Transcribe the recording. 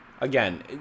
Again